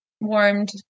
warmed